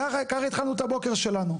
ככה התחלנו את הבוקר שלנו.